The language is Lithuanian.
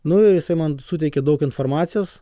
nu ir jisai man suteikė daug informacijos